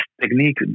technique